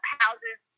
houses